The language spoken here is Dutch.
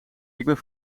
ben